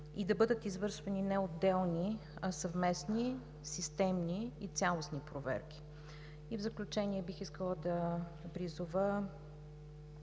и да бъдат извършвани не отделни, а съвместни, системни и цялостни проверки. В заключение, бих искала да призова